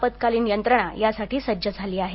आपत्कालीन यंत्रणा त्यासाठी सज्ज झाली आहे